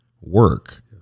work